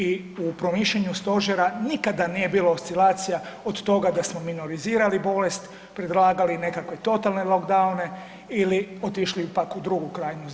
I u promišljanju stožera nikada nije bilo oscilacija od toga da smo minorizirali bolest, predlagali nekakve totalne lockdowne ili otišli pak u drugu krajnost.